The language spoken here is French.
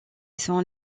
sont